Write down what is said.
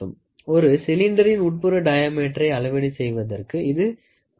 ஒரு சிலிண்டரின் உட்புற டயாமீட்டரை அளவீடு செய்வதற்கு இது பயன்படும்